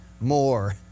more